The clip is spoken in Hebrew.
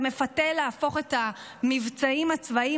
זה מפתה להפוך את המבצעים הצבאיים